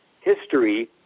history